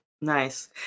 Nice